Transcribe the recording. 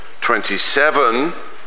27